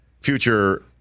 future